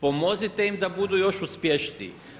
Pomozite im da budu još uspješniji.